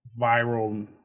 viral